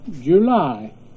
July